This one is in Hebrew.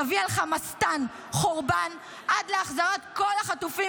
תביא על חמאסטן חורבן עד להחזרת כל החטופים